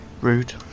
Rude